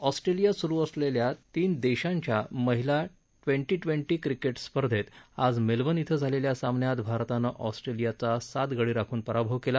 ऑस्ट्रेलियात सुरू असलेल्या तीन देशांच्या महिला ट्वेन्टी ट्वेन्टी क्रिकेट स्पर्धेत आज मेलबर्न खे झालेल्या सामन्यात भारतानं ऑस्ट्रेलियाचा सात गडी राखून पराभव केला